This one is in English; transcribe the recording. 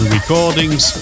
Recordings